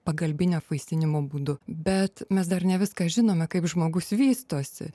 pagalbinio apvaisinimo būdu bet mes dar ne viską žinome kaip žmogus vystosi